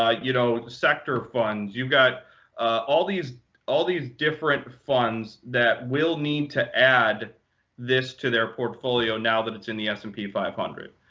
ah you know sector funds. you've got all these all these different funds that will need to add this to their portfolio now that it's in the s and p five hundred.